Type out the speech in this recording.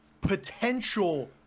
potential